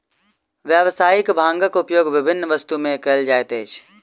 व्यावसायिक भांगक उपयोग विभिन्न वस्तु में कयल जाइत अछि